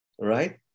right